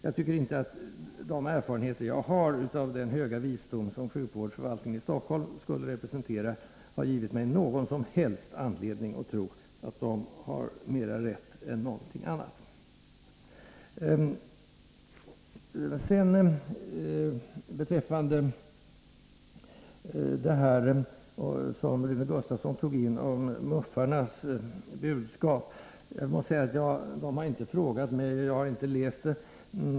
Jag tycker inte att de erfarenheter jag har av den höga visdom, som sjukvårdsförvaltningen i Stockholm skulle representera, har givit mig någon som helst anledning att tro att den har mera rätt än någon annan. Om Rune Gustavssons fråga om MUF-arnas budskap måste jag säga att de inte har talat med mig och att jag inte har läst det.